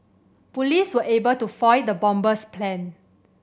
police were able to foil the bomber's plan